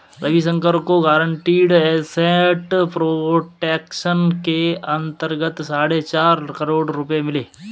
रविशंकर को guaranteed asset protection के अंतर्गत साढ़े चार करोड़ रुपये मिले